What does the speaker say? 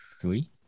three